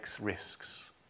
risks